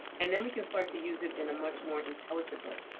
and then we can start to use it in a much more intelligent way.